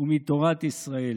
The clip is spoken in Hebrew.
ומתורת ישראל.